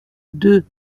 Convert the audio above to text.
deux